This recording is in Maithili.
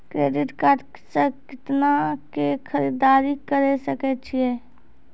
क्रेडिट कार्ड से कितना के खरीददारी करे सकय छियै?